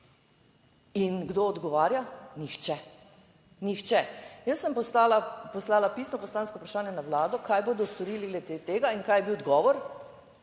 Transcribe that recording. In kdo odgovarja? Nihče, nihče. Jaz sem poslala pisno poslansko vprašanje na Vlado, kaj bodo storili glede tega. In kaj je bil odgovor?